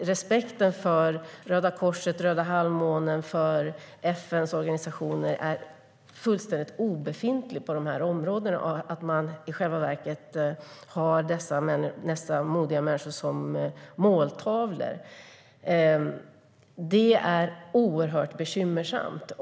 Respekten för Röda Korset, Röda Halvmånen och FN:s organisationer är obefintlig i de områdena, och dessa modiga människor är måltavlor. Det är oerhört bekymmersamt.